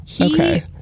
okay